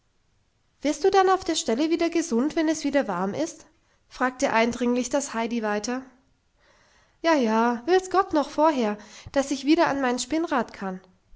wirst du dann auf der stelle gesund wenn es wieder warm ist fragte eindringlich das heidi weiter ja ja will's gott noch vorher daß ich wieder an mein spinnrad kann